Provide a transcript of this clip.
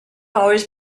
always